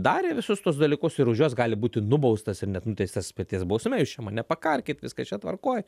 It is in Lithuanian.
darė visus tuos dalykus ir už juos gali būti nubaustas ir net nuteistas mirties bausme jūs čia mane pakarkit viskas čia tvarkoj